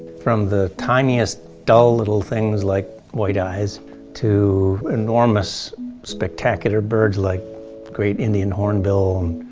from the tiniest dull little things like white-eyes to enormous spectacular birds like great indian hornbill,